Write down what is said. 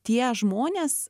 tie žmonės